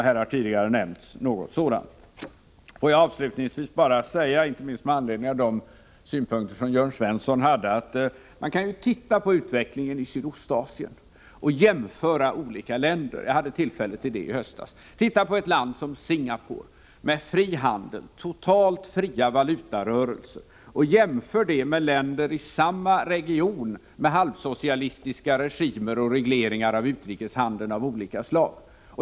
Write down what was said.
Här har tidigare nämnts något sådant. Får jag avslutningsvis bara säga, inte minst med anledning av de synpunkter som Jörn Svensson hade, att man kan titta på utvecklingen i Sydostasien och jämföra olika länder. Jag hade tillfälle att göra det i höstas. Titta på ett land som Singapore som har fri handel och totalt fria valutarörelser, och jämför det med länder i samma region som har halvsocialistiska regimer och regleringar av utrikeshandeln av olika slag.